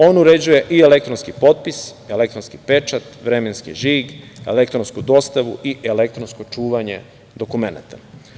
On uređuje i elektronski potpis, elektronski pečat, vremenski žig, elektronsku dostavu i elektronsko čuvanje dokumenta.